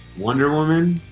wonder woman,